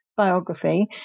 biography